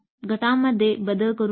गटामध्ये बदल करू नका